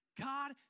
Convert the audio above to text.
God